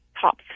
top